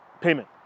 payment